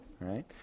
Right